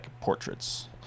portraits